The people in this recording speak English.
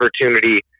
opportunity